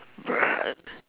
bruh